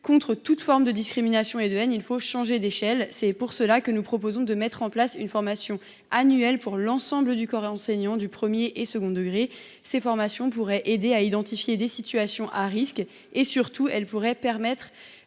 contre toute forme de discrimination et de haine, il faut changer d’échelle. C’est pour cela que nous proposons de mettre en place une formation annuelle pour l’ensemble du corps enseignant des premier et second degrés. Ce type de formation pourrait aider à identifier des situations à risque et, surtout, permettre